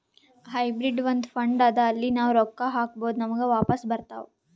hybrid ಒಂದ್ fund ಅದಾ ಅಲ್ಲಿ ನಾವ್ ರೊಕ್ಕಾ ಹಾಕ್ಬೋದ್ ನಮುಗ ವಾಪಸ್ ಬರ್ತಾವ್